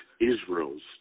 Israel's